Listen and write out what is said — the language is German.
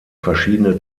verschiedene